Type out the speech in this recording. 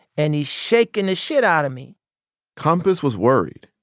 and he's shaking the shit out of me compass was worried.